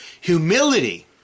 Humility